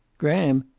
graham!